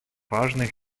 важных